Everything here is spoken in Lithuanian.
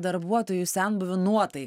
darbuotojų senbuvių nuotaiką